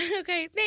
Okay